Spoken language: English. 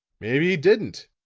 maybe he didn't,